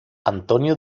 antonio